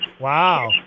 Wow